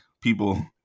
people